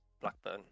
Blackburn